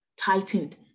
tightened